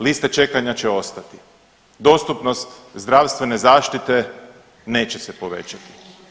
Liste čekanja će ostati, dostupnost zdravstvene zaštite neće se povećati.